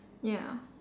ya